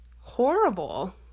horrible